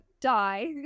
die